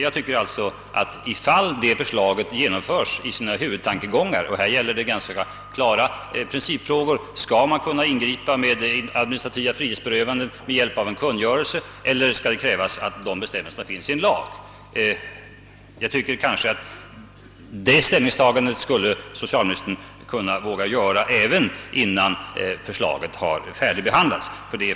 Det gäller här en ganska klar principfråga: Skall man kunna ingripa med administrativa frihetsberövanden med hjälp av en kungörelse, eller skall det krävas att dessa bestämmelser finns i en lag? Det ställningstagandet borde socialministern enligt min mening våga göra redan innan förslaget färdigbehandlats.